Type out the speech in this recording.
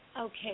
Okay